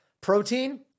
Protein